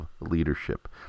Leadership